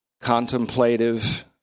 contemplative